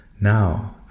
Now